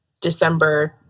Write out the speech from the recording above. December